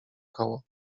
koło